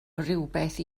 rywbeth